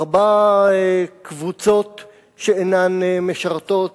ארבע קבוצות אינן משרתות,